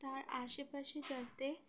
তার আশেপাশে যাতে